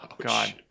god